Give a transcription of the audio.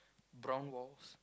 brown walls